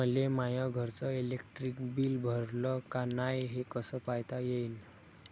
मले माया घरचं इलेक्ट्रिक बिल भरलं का नाय, हे कस पायता येईन?